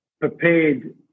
prepared